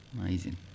amazing